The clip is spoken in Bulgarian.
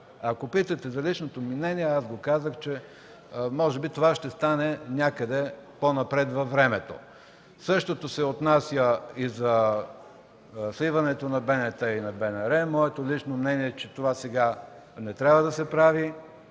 Ако питате за личното ми мнение, казах, че може би това ще стане някъде по-напред във времето. Същото се отнася и за сливането на БНТ и на БНР. Моето лично мнение е, че това сега не трябва да се прави,